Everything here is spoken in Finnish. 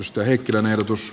osta heikkilän ehdotus